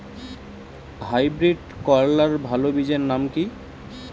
Hybrid করলার ভালো বীজের নাম কি?